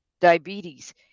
diabetes